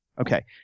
Okay